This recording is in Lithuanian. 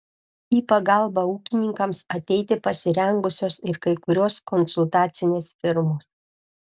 į pagalbą ūkininkams ateiti pasirengusios ir kai kurios konsultacinės firmos